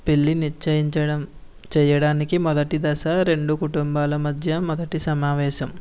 పెళ్లి నిశ్చయించడం చేయడానికి మొదటి దశ రెండు కుటుంబాల మధ్య మొదటి సమావేశం